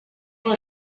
col